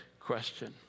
question